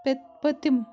پےٚ پٔتِم